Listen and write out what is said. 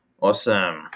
Awesome